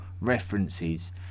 references